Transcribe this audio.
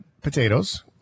potatoes